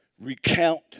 recount